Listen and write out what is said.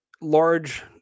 large